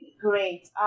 Great